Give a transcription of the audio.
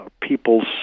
peoples